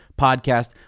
podcast